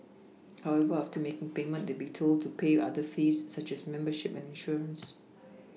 however after making payment they be told to pay other fees such as membership and insurance